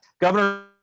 Governor